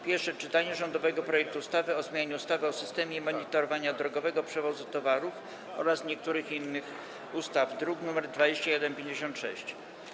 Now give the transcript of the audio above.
Pierwsze czytanie rządowego projektu ustawy o zmianie ustawy o systemie monitorowania drogowego przewozu towarów oraz niektórych innych ustaw, druk nr 2156.